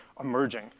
emerging